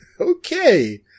Okay